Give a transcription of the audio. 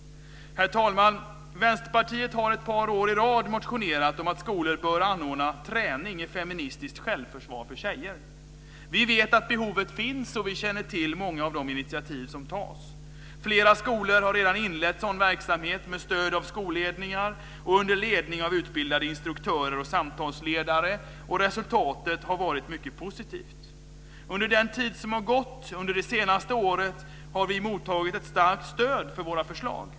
Herr talman! Vänsterpartiet har ett par år i rad motionerat om att skolor bör anordna träning i feministiskt självförsvar för tjejer. Vi vet att behovet finns, och vi känner till många av de initiativ som tas. Flera skolor har redan inlett sådan verksamhet med stöd av skolledningar och under ledning av utbildade instruktörer och samtalsledare, och resultatet har varit mycket positivt. Under den tid som har gått under det senaste året har vi mottagit ett starkt stöd för våra förslag.